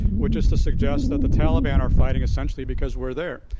which is to suggest that the taliban are fighting essentially because we're there.